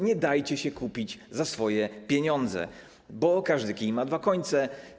Nie dajcie się kupić za swoje pieniądze, bo każdy kij ma dwa końce.